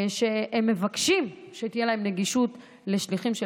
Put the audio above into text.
שמבקשים שתהיה להם נגישות לשליחים של